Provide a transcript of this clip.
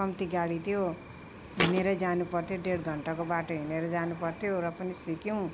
कम्ती गाडी थियो हिँडेरै जानु पर्थ्यो ढेड घन्टाको बाटो हिँडेर जानु पर्थ्यो र पनि सिक्यौँ